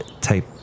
type